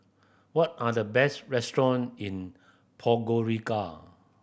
what are the best restaurant in Podgorica